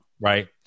Right